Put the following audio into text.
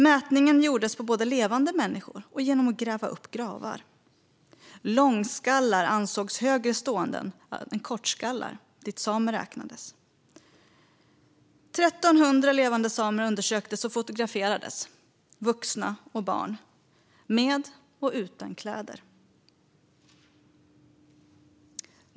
Mätningen gjordes både på levande människor och genom att gräva upp gravar. Långskallar ansågs högre stående än kortskallar, dit samer räknades. 1 300 levande samer undersöktes och fotograferades, vuxna och barn, med och utan kläder.